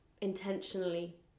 intentionally